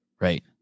Right